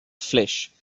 flesh